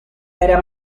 era